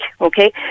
okay